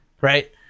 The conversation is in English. right